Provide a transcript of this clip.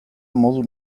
modu